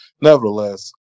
nevertheless